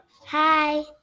Hi